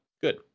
Good